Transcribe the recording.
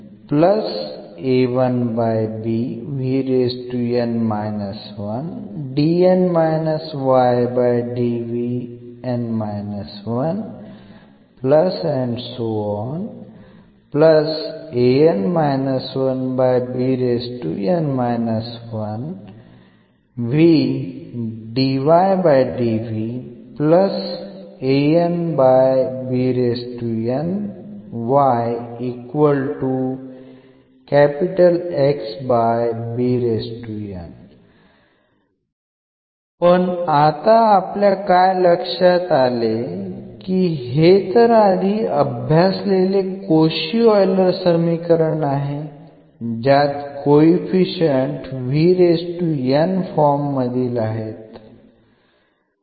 पण आता आपल्या काय लक्षात आले की हे तर आधी अभ्यासलेले कोशी ऑइलर समीकरण आहे ज्यात कोइफिशिएंट फॉर्म मधील आहेत